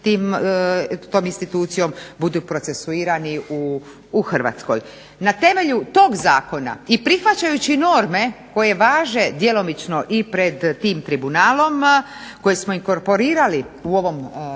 institucijom budu procesuirani u Hrvatskoj. Na temelju tog zakona i prihvaćajući norme koje važe djelomično i pred tim tribunalom koje smo inkorporirali u ovom